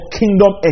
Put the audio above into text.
kingdom